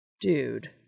Dude